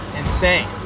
insane